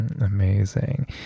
amazing